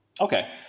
Okay